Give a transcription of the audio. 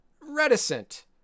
reticent